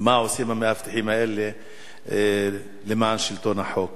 מה עושים המאבטחים האלה למען שלטון החוק.